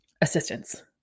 assistance